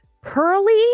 pearly